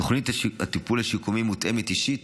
תוכנית הטיפול השיקומי מותאמת אישית